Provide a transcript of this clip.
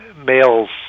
Males